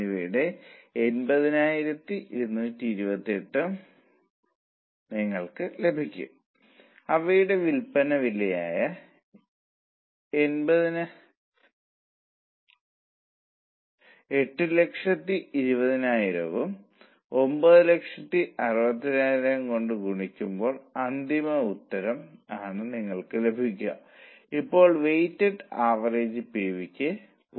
നിങ്ങൾക്ക് ഈ കണക്കുകൂട്ടൽ നടത്താൻ കഴിയുമെങ്കിൽ മാനേജ്മെന്റ് വളരെ സന്തുഷ്ടരായിരിക്കും കാരണം അവർക്ക് 2 പോയിന്റിന്റെ 5 മടങ്ങ് ലാഭം ലഭിക്കുമെന്ന് ഇപ്പോൾ ഞാൻ പ്രതീക്ഷിക്കുന്നു